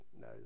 no